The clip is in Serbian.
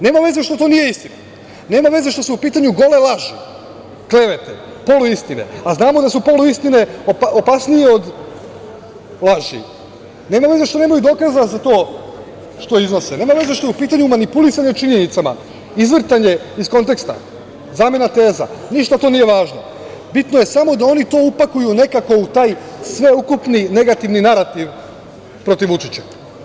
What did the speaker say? Nema veze što to nije istina, nema veze što su u pitanju gole laži, klevete, poluistine, a znamo da su poluistine opasnije od laži, nema veze što nemaju dokaza za to što iznose, nema veze što je u pitanju manipulisanje činjenicama, izvrtanje iz konteksta, zamena teza, ništa to nije važno, bitno je samo da oni to upakuju nekako u taj sveukupni negativni narativ protiv Vučića.